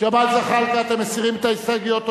ג'מאל זחאלקה, אתם מסירים את ההסתייגויות?